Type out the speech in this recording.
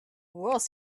was